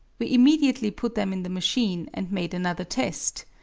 we immediately put them in the machine and made another test.